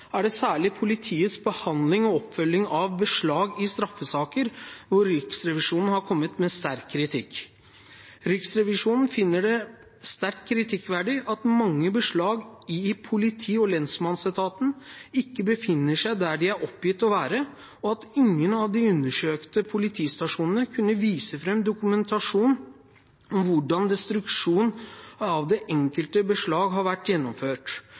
er det særlig når det gjelder politiets behandling og oppfølging av beslag i straffesaker, at Riksrevisjonen har kommet med sterk kritikk. Riksrevisjonen finner det sterkt kritikkverdig at mange beslag i politi- og lensmannsetaten ikke befinner seg der de er oppgitt å være, og at ingen av de undersøkte politistasjonene kunne vise frem dokumentasjon om hvordan destruksjon av det enkelte beslag har blitt gjennomført.